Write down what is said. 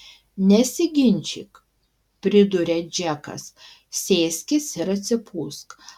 nesiginčyk priduria džekas sėskis ir atsipūsk